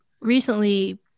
recently